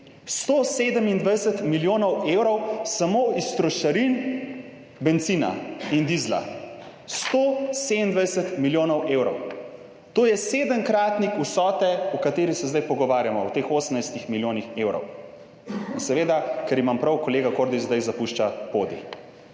127 milijonov evro samo iz trošarin bencina in dizla. 127 milijonov evrov! To je sedemkratnik vsote, o kateri se zdaj pogovarjamo, o teh 18 milijonih evrov. In seveda, ker imam prav, kolega Kordiš zdaj zapušča podij.